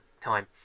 time